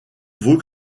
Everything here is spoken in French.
vaut